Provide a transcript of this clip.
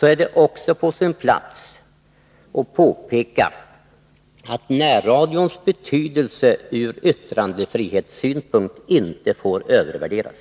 är det också på sin plats att påpeka att närradions betydelse ur yttrandefrihetssynpunkt inte får övervärderas.